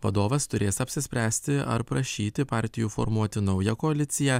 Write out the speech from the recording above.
vadovas turės apsispręsti ar prašyti partijų formuoti naują koaliciją